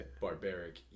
barbaric